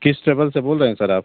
किस ट्रेवल से बोल रहे हैं सर आप